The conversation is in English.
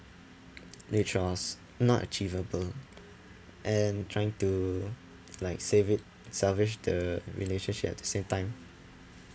which was not achievable and trying to like save it salvage the relationship at the same time